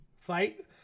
fight